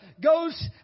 goes